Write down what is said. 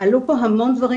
עלו פה המון דברים,